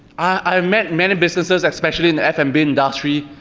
i've met many businesses, especially in the fm bim industry,